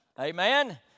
Amen